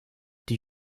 die